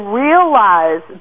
realize